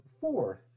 four